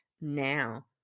now